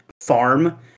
farm